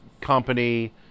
company